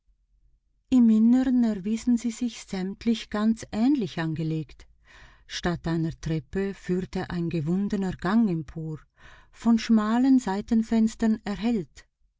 im innern erwiesen sie sich sämtlich ganz ähnlich angelegt statt einer treppe führte ein gewundener gang empor von schmalen seitenfenstern erhellt